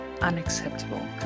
Unacceptable